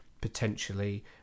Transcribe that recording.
potentially